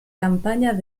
campañas